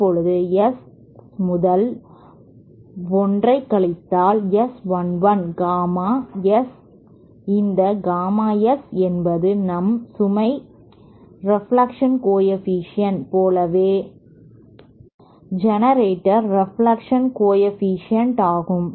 இப்போது S முதல் 1 கழித்தல் S 1 1 காமா S இந்த காமா S என்பது நாம் சுமை ரெப்லக்ஷன் கோஎஃபீஷியேன்ட் போலவே ஜெனரேட்டர் ரெப்லக்ஷன் கோஎஃபீஷியேன்ட் ஆகும்